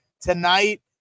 tonight